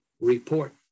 report